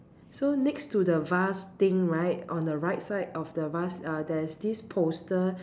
so next to the vase thing right on the right side of the vase uh there's this poster